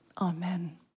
Amen